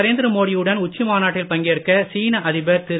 நரேந்திர மோடியுடன் உச்சி மாநாட்டில் பங்கேற்க சீன அதிபர் திரு